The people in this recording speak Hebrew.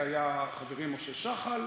זה היה חברי משה שחל,